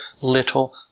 little